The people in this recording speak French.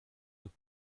nous